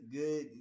good